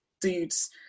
dudes